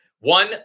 One